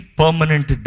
permanent